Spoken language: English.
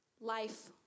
life